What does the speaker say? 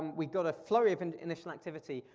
we got a flow of and initial activity.